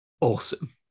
awesome